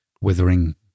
withering